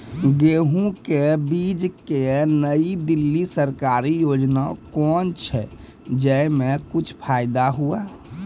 गेहूँ के बीज की नई दिल्ली सरकारी योजना कोन छ जय मां कुछ फायदा हुआ?